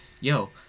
yo